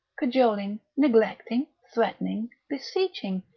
cajoling, neglecting, threatening, beseeching,